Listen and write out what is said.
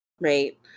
Right